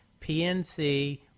PNC